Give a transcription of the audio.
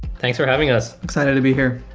thanks for having us. excited to be here.